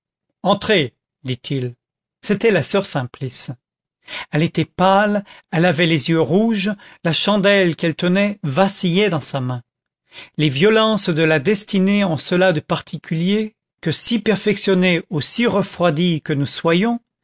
entrez dit-il c'était la soeur simplice elle était pâle elle avait les yeux rouges la chandelle qu'elle tenait vacillait dans sa main les violences de la destinée ont cela de particulier que si perfectionnés ou si refroidis que nous soyons